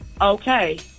okay